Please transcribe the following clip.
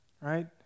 right